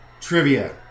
trivia